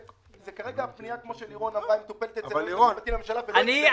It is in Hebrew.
כמו שאמרה לירון, מטופלת אצל היועץ המשפטי לממשלה.